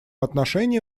отношении